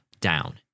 down